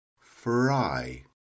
fry